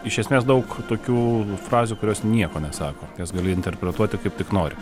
iš esmės daug tokių frazių kurios nieko nesako jas gali interpretuoti kaip tik nori